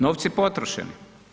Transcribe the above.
Novci potrošeni.